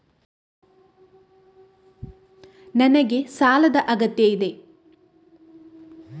ನನಗೆ ಸಾಲದ ಅಗತ್ಯ ಇದೆ?